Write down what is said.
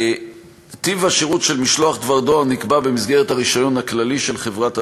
טיב השירות של משלוח דבר דואר נקבע במסגרת הרישיון הכללי של חברת הדואר,